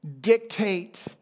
dictate